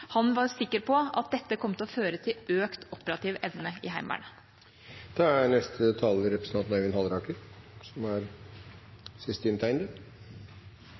Han var sikker på at dette kom til å føre til økt operativ evne i